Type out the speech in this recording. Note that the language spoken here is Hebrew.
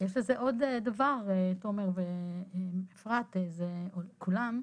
יש לזה עוד דבר תומר, אפרת, כולם.